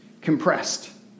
compressed